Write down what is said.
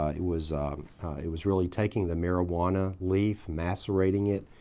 ah it was it was really taking the marijuana leaf, macerating it,